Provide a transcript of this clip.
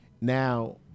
Now